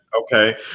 Okay